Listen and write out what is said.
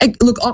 look